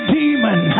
demon